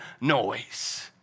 noise